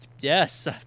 yes